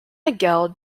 miguel